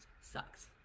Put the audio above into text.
sucks